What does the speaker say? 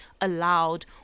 allowed